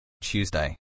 Tuesday